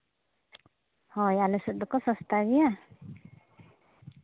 ᱦᱳᱭ ᱟᱞᱮ ᱥᱮᱫ ᱫᱚᱠᱚ ᱥᱚᱥᱛᱟ ᱜᱮᱭᱟ